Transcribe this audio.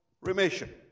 remission